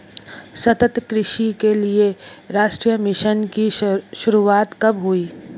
सतत कृषि के लिए राष्ट्रीय मिशन की शुरुआत कब हुई?